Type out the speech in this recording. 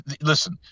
listen